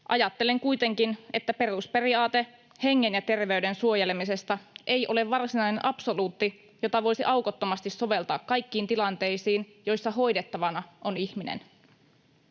Ajattelen kuitenkin, että perusperiaate hengen ja terveyden suojelemisesta ei ole varsinainen absoluutti, jota voisi aukottomasti soveltaa kaikkiin tilanteisiin, joissa hoidettavana on ihminen.